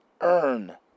earn